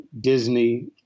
Disney